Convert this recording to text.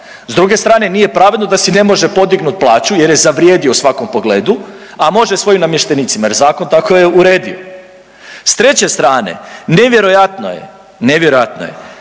S druge strane nije pravedno da si ne može podignut plaću jer je zavrijedio u svakom pogledu, a može svojim namještenicima jer zakon tako je uredio. S treće strane, nevjerojatno je, nevjerojatno je